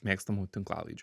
mėgstamų tinklalaidžių